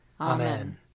Amen